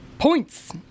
Points